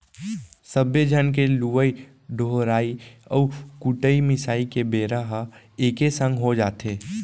सब्बे झन के लुवई डोहराई अउ कुटई मिसाई के बेरा ह एके संग हो जाथे